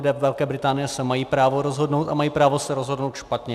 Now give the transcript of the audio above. Lidé Velké Británie mají právo se rozhodnout a mají právo se rozhodnout špatně.